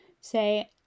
say